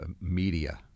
media